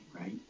right